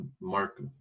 Mark